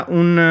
un